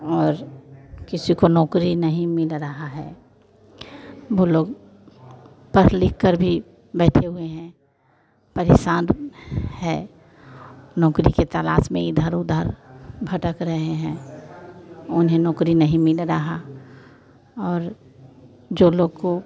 और किसी को नौकरी नहीं मिल रहा है वो लोग पढ़ लिखकर भी बैठे हुए हैं परेशान है नौकरी के तलाश में इधर उधर भटक रहे हैं उन्हें नौकरी नहीं मिल रहा और जो लोग को